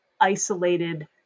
isolated